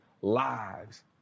lives